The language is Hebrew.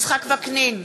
יצחק וקנין,